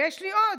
ויש לי עוד,